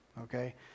Okay